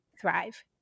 thrive